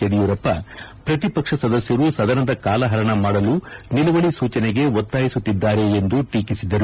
ಯಡಿಯೂರಪ್ಪ ಪ್ರತಿಪಕ್ಷ ಸದಸ್ಯರು ಸದನದ ಕಾಲಹರಣ ಮಾಡಲು ನಿಲುವಳಿ ಸೂಚನೆಗೆ ಒತ್ತಾಯಿಸುತ್ತಿದ್ದಾರೆ ಎಂದು ಟೀಕಿಸಿದರು